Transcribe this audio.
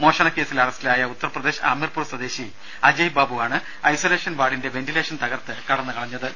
മോഷണ കേസിൽ അറസ്റ്റിലായ ഉത്തർപ്രദേശ് ആമിർപൂർ സ്വദേശി അജയ് ബാബുവാണ് ഐസൊലേഷൻ വാർഡിന്റെ വെന്റിലേഷൻ തകർത്ത് കടന്ന് കളഞ്ഞത്